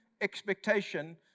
expectation